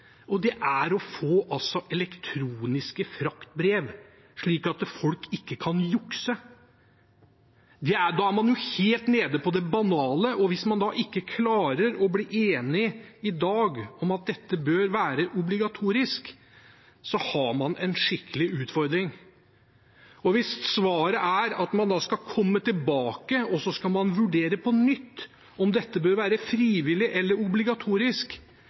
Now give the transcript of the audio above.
og det er å få elektroniske fraktbrev, slik at folk ikke kan jukse. Da er man jo helt nede på det banale, og hvis man i dag ikke klarer å bli enige om at dette bør være obligatorisk, har man en skikkelig utfordring. Hvis svaret er at man skal komme tilbake og vurdere på nytt om dette bør være frivillig eller obligatorisk,